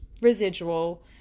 residual